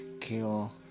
kill